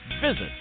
Visit